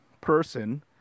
person